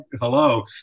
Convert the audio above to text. hello